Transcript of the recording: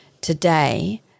today